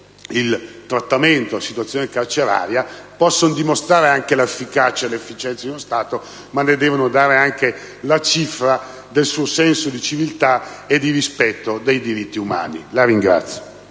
il trattamento e la situazione carceraria possono dimostrare l'efficacia e l'efficienza di uno Stato, ma devono dare anche le cifra del suo senso di civiltà e di rispetto dei diritti umani. *(Applausi